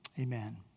Amen